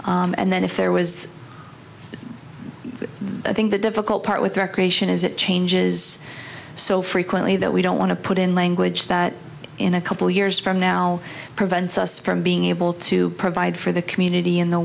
programs and then if there was i think the difficult part with recreation is it changes so frequently that we don't want to put in language that in a couple years from now prevents us from being able to provide for the community in the